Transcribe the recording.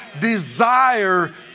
Desire